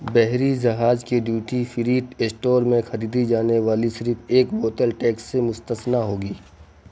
بحری جہاز کے ڈیوٹی فری اسٹور میں خریدی جانے والی صرف ایک بوتل ٹیکس سے مستثنیٰ ہوگی